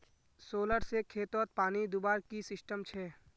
Solar से खेतोत पानी दुबार की सिस्टम छे?